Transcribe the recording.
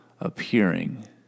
appearing